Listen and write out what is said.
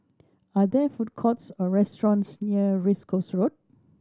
are there food courts or restaurants near Race Course Road